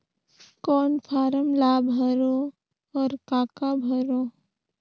कौन फारम ला भरो और काका भरो?